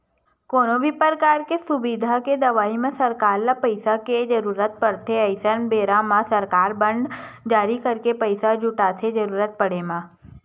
कोनो भी परकार के सुबिधा के देवई म सरकार ल पइसा के जरुरत पड़थे अइसन बेरा म सरकार बांड जारी करके पइसा जुटाथे जरुरत पड़े म